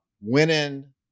winning